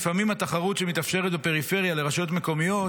לפעמים התחרות שמתאפשרת בפריפריה לרשויות מקומיות